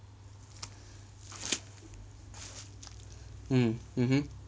mm mm mm